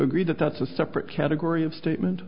agree that that's a separate category of statement